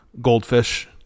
Goldfish